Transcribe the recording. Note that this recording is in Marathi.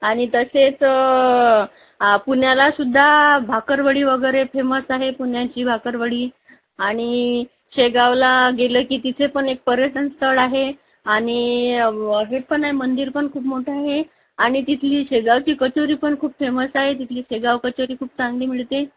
आणि तसेच आ पुण्यालासुद्धा बाकरवडी वगैरे फेमस आहे पुण्याची बाकरवडी आणि शेगावला गेलं की तिथे पण एक पर्यटनस्थळ आहे आणि हे पण आहे मंदिर पण खूप मोठं आहे आणि तिथली शेगावची कचोरी पण खूप फेमस आहे तिथली शेगाव कचोरी खूप चांगली मिळते